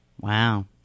Wow